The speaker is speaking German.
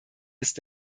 ist